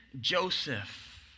Joseph